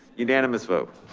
unanimous vote.